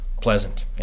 pleasant